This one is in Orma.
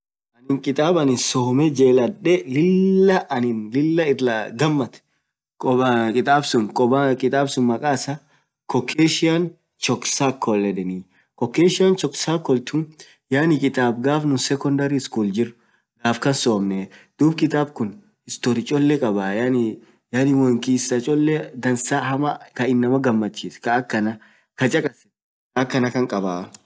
kitaab annin somme jelladhee lilla irra gamaad Caucassian chalk circle edden .caucassian chalk circle kuun, kittab gaaf nuun secondary school jirr somnee duub kitaab suun kissa cholle inama gamachiift kabaa.